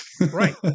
Right